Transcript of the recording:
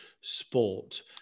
sport